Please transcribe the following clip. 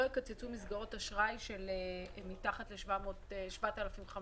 יקצצו מסגרות אשראי שהן מתחת ל-7,500 שקלים?